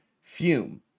Fume